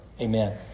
amen